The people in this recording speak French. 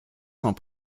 sont